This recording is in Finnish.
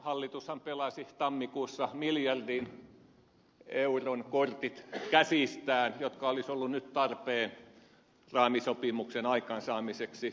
hallitushan pelasi tammikuussa käsistään miljardin euron kortit jotka olisivat olleet nyt tarpeen raamisopimuksen aikaansaamiseksi